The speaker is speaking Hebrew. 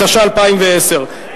התשע"א 2010,